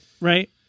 right